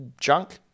junk